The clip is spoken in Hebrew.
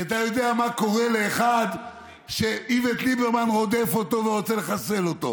כי אתה יודע מה קורה לאחד שאיווט ליברמן רודף אותו ורוצה לחסל אותו.